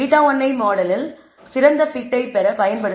β1ஐ மாடலில் சிறந்த fit ஐ பெற பயன்படுத்த வேண்டும்